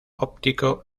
óptico